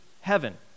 heaven